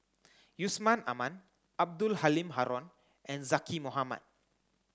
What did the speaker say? Yusman Aman Abdul Halim Haron and Zaqy Mohamad